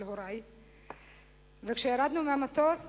וכשירדנו מהמטוס